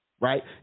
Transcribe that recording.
Right